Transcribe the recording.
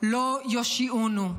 לא יושיעונו,